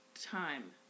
time